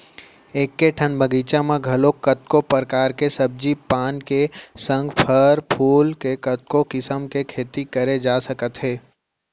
एके ठन बगीचा म घलौ कतको परकार के सब्जी पान के संग फर फूल के कतको किसम के खेती करे जा सकत हे